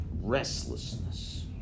restlessness